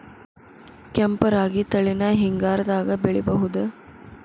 ಕೆಂಪ ರಾಗಿ ತಳಿನ ಹಿಂಗಾರದಾಗ ಬೆಳಿಬಹುದ?